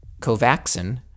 Covaxin